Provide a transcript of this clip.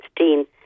2016